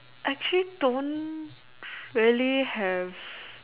I actually don't really have